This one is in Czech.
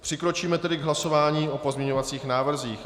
Přikročíme tedy k hlasování o pozměňovacích návrzích.